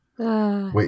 Wait